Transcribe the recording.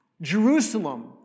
Jerusalem